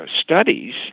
studies